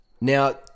Now